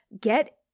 get